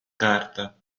carta